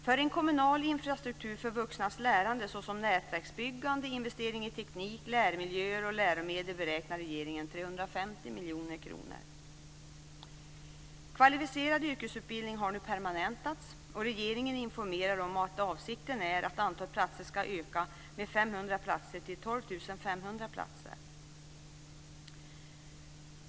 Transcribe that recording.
För en kommunal infrastruktur för vuxnas lärande, såsom nätverksbyggande, investeringar i teknik, lärmiljöer och läromedel, beräknar regeringen 350 Kvalificerad yrkesutbildning har nu permanentats, och regeringen informerar om att avsikten är att antalet platser ska öka med 500 platser till 12 500 årsplatser.